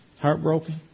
heartbroken